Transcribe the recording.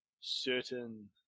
certain